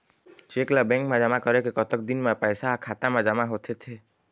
Cheque ला bank मा जमा करे के कतक दिन मा पैसा हा खाता मा जमा होथे थे?